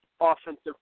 Offensive